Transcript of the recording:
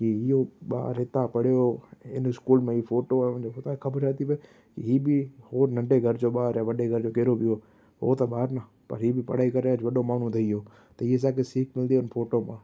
की इहो ॿार हितां पढ़ियो हिन स्कूल में ई फोटो आयो आहिनि पोइ तव्हांखे ख़बर छा थी पई हीउ बि नंढे घर जो ॿार आहे वॾे घर जो केड़ो बि हुओ हुओ त ॿार न पर हीउ बि पढ़ाई करे अॼु वॾो माण्हू ठही वियो त हीअ असांखे सीख मिलंदी आहिनि इन फोटो मां